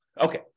Okay